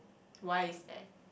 why is that